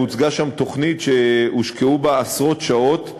הוצגה שם תוכנית שהושקעו בה עשרות שעות,